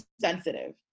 sensitive